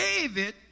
David